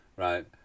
Right